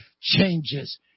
changes